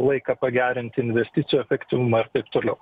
laiką pagerinti investicijų efektyvumą ir taip toliau